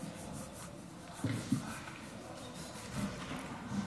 אי-אפשר לנצח רעיון,